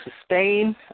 sustain